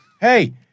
Hey